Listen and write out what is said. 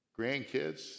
Grandkids